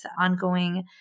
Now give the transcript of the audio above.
ongoing